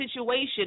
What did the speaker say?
situation